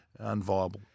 unviable